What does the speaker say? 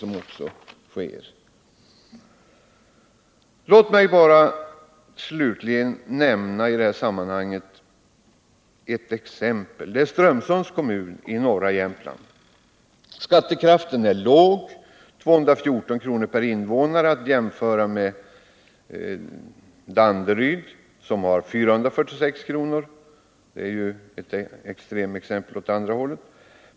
Låt mig i det här sammanhanget slutligen som ett exempel nämna Strömsunds kommun i norra Jämtland. Skattekraften där är låg: 214 kr. per invånare, att jämföra med Danderyd, där den är 446 kr. — Danderyd är ju ett extremexempel åt andra hållet.